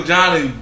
Johnny